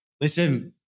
Listen